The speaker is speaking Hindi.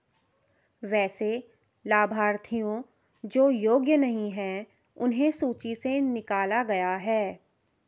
वैसे लाभार्थियों जो योग्य नहीं हैं उन्हें सूची से निकला गया है